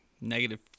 negative